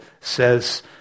says